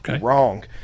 Wrong